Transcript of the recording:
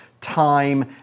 time